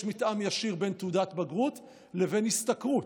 יש מתאם ישיר בין תעודת בגרות לבין השתכרות.